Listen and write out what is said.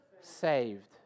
saved